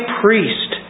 priest